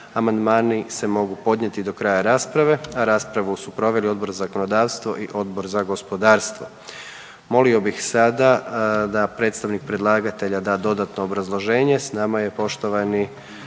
Amandmani se mogu podnijeti do kraja rasprave. A raspravu su proveli Odbor za zakonodavstvo i Odbor za gospodarstvo. Molio bih sada da predstavnik predlagatelja da dodatno obrazloženje. S nama je poštovani